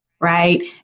right